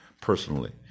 personally